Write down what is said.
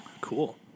Cool